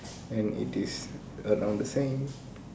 and it is around the same